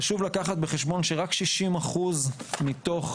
חשוב לקחת פה בחשבון שרק 60 אחוזים מתוך